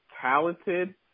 talented